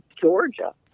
Georgia